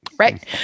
Right